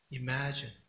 Imagine